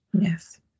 Yes